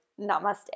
namaste